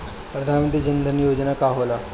प्रधानमंत्री जन धन योजना का होला?